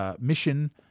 mission